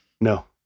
No